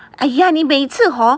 !aiya! 你每次 hor